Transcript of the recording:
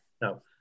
No